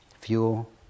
Fuel